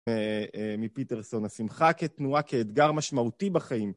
מפיטרסון, השמחה כתנועה כאתגר משמעותי בחיים.